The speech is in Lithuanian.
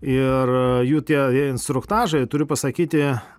ir jų tie instruktažai turi pasakyti